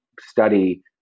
study